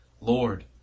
Lord